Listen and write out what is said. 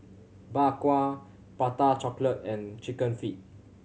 Bak Kwa Prata Chocolate and Chicken Feet